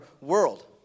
world